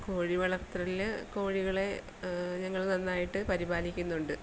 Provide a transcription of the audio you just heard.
കോഴി വളർത്തലിൽ കോഴികളെ ഞങ്ങൾ നന്നായിട്ട് പരിപാലിക്കുന്നുണ്ട്